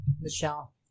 Michelle